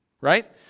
right